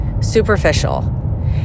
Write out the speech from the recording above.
superficial